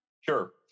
Sure